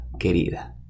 Querida